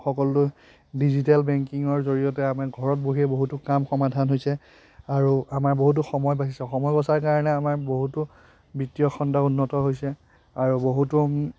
সকলো ডিজিটেল বেংকিঙৰ জৰিয়তে আমাৰ ঘৰত বহিয়ে বহুতো কাম সমাধান হৈছে আৰু আমাৰ বহুতো সময় বাচিছে সময় বচাৰ কাৰণে আমাৰ বহুতো বৃত্তীয় খণ্ড উন্নত হৈছে আৰু বহুতো